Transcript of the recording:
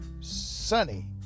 Sunny